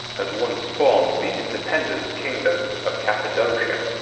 had once formed the independent kingdom of cappadocia.